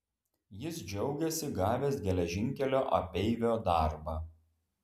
jis džiaugėsi gavęs geležinkelio apeivio darbą